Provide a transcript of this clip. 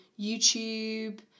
YouTube